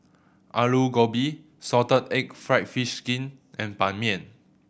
Aloo Gobi salted egg fried fish skin and Ban Mian